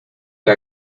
que